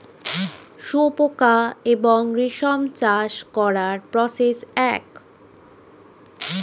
শুয়োপোকা এবং রেশম চাষ করার প্রসেস এক